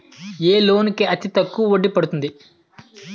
ఏ loan కి అతి తక్కువ వడ్డీ పడుతుంది?